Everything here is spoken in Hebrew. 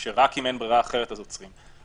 שרק אם אין ברירה אחרת אז עוצרים.